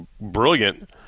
brilliant